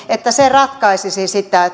ratkaisisi sitä